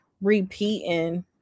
repeating